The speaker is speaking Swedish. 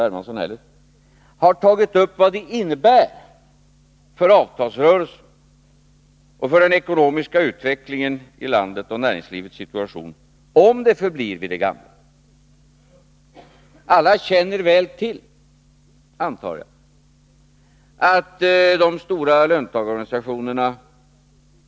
Hermans Upphävande av son, har tagit upp vad det innebär för avtalsrörelsen, för den ekonomiska — beslutet om utvecklingen i landet och för näringslivets situation om det förblir vid det karensdagar, gamla. Alla känner väl till, antar jag, att de stora löntagarorganisationerna — mm.m.